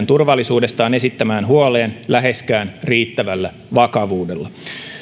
turvallisuudestaan esittämään huoleen läheskään riittävällä vakavuudella